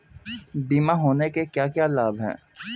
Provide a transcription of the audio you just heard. बीमा होने के क्या क्या लाभ हैं?